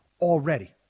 already